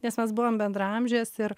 nes mes buvom bendraamžės ir